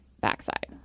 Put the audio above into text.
backside